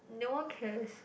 no one cares